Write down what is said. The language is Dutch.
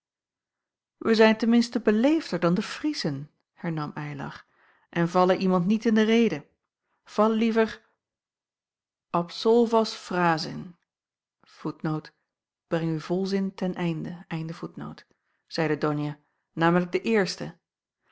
wij zijn ten minste beleefder dan de friezen hernam eylar en vallen iemand niet in de rede val liever absolvas phrasin zeide donia namelijk de eerste